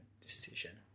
decision